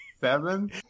seven